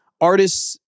artists